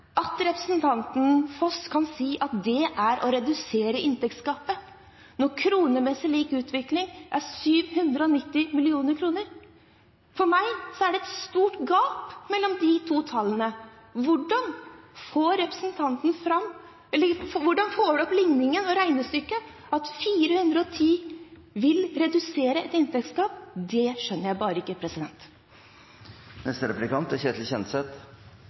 at representanten Foss kan si at det er å redusere inntektsgapet, når kronemessig lik utvikling er 790 mill. kr. For meg er det et stort gap mellom de to tallene. Hvordan får representanten ligningen og regnestykket til å gå opp? At 410 mill. kr vil redusere et inntektsgap, skjønner jeg bare ikke. Kanaliseringspolitikken har sikret utstrakt beitebruk og dyrehold i Distrikts-Norge. Det er